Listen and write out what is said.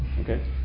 okay